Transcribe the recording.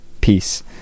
Peace